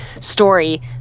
story